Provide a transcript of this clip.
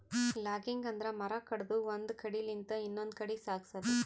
logging ಅಂದ್ರ ಮರ ಕಡದು ಒಂದ್ ಕಡಿಲಿಂತ್ ಇನ್ನೊಂದ್ ಕಡಿ ಸಾಗ್ಸದು